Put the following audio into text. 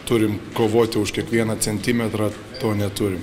turim kovoti už kiekvieną centimetrą to neturim